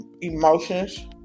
emotions